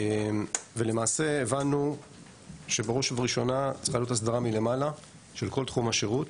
ולמעשה הבנו שבראש ובראשונה צריך לעשות הסברה מלמעלה של כל תחום השירות.